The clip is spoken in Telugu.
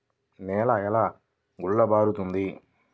నేల ఎలా గుల్లబారుతుంది?